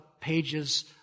pages